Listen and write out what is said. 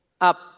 up